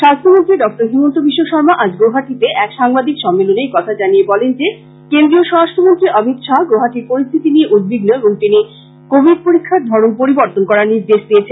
স্বাস্থ্যমন্ত্রী ডক্টর হিমন্ত বিশ্ব শর্মা আজ গৌহাটিতে এক সাংবাদিক সম্মেলনে একথা জানিয়ে বলেন যে কেন্দ্রীয় স্বরাষ্ট্র মন্ত্রী অমিত শাহ গৌহাটির পরিস্থিতি নিয়ে উদ্বিগ্ন এবং তিনি কোবিড পরীক্ষার ধরন পরিবর্তন করার নির্দেশ দিয়েছেন